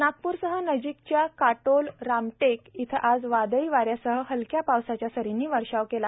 C नागप्रसह नजीकच्या कटोल रामटेक इथं आज वादळी वाऱ्यांसह हलक्या पावसाच्या सरींनी वर्षाव केला